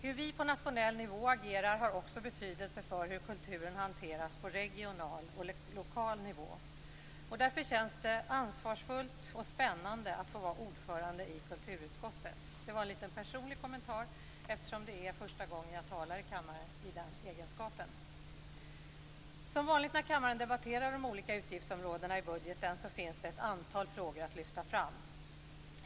Hur vi på nationell nivå agerar har också betydelse för hur kulturen hanteras på regional och lokal nivå. Därför känns det ansvarsfullt och spännande att få vara ordförande i kulturutskottet. Det var en liten personlig kommentar eftersom det är första gången jag talar i kammaren i den egenskapen. Som vanligt när kammaren debatterar de olika utgiftsområdena i budgeten finns det ett antal frågor att lyfta fram.